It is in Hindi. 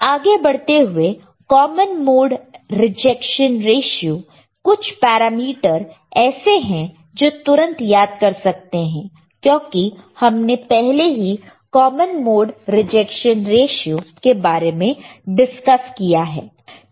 आगे बढ़ते हुए कॉमन मोड रिजेक्शन रेशीयो कुछ पैरामीटर ऐसे हैं जो तुरंत याद कर सकते हैं क्योंकि हमने पहले ही कॉमन मोड रिजेक्शन रेशीयो के बारे में डिस्कस किया है